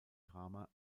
drama